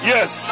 Yes